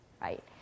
right